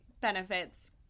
benefits